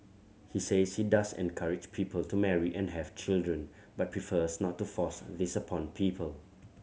he says he does encourage people to marry and have children but prefers not to force this upon people